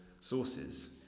sources